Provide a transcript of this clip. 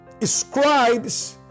scribes